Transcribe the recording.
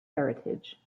heritage